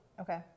Okay